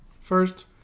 First